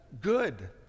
good